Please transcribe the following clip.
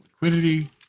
liquidity